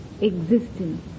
existence